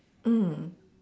mm